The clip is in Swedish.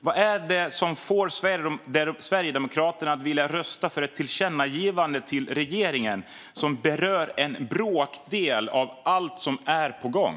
Vad är det som får Sverigedemokraterna att vilja rösta för ett tillkännagivande till regeringen som berör en bråkdel av allt som är på gång?